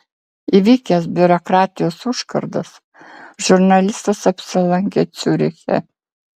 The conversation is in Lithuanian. įveikęs biurokratijos užkardas žurnalistas apsilankė ciuriche